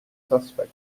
suspect